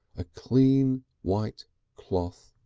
a clean white cloth!